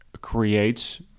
creates